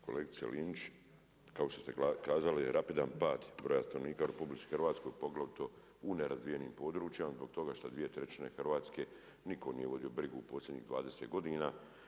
Kolegice Linić, kao što ste kazali rapidan pad broja stanovnika u RH, poglavito u nerazvijenim područjima zbog toga što dvije trećine Hrvatske nitko nije vodio brigu u posljednjih 20 godina.